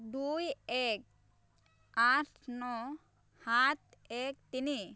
দুই এক আঠ ন সাত এক তিনি